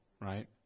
right